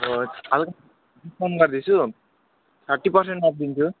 हवस् हल्का कम गर्दैछु थर्टी पर्सन अफ् दिन्छु